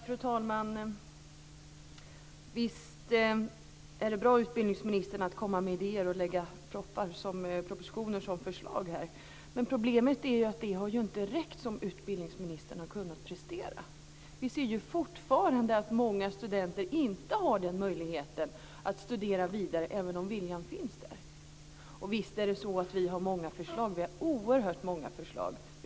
Fru talman! Visst är det bra att komma med idéer och lägga fram propositioner med förslag, utbildningsministern. Men problemet är ju att det som utbildningsministern har kunnat prestera inte har räckt. Vi ser fortfarande att många studenter inte har möjlighet att studera vidare även om viljan finns. Visst är det så att vi har många förslag. Vi har oerhört många förslag.